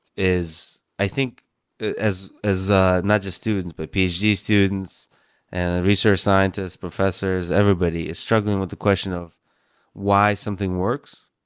is i think as as ah not just students, but ph d. students and research scientists, professors everybody, is struggling with the question of why something works.